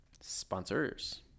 sponsors